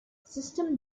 system